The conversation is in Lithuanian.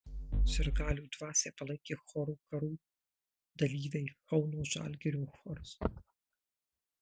sirgalių dvasią palaikė chorų karų dalyviai kauno žalgirio choras